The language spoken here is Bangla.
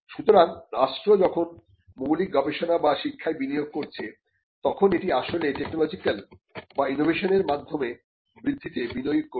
সুতরাং রাষ্ট্র যখন মৌলিক গবেষণা বা শিক্ষায় বিনিয়োগ করছে তখন এটি আসলে টেকনোলজিক্যাল বা ইনোভেশনের মাধ্যমে বৃদ্ধিতে বিনিয়োগ করছে